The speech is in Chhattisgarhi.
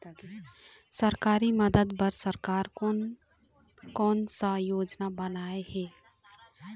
सरकारी मदद बर सरकार कोन कौन सा योजना बनाए हे?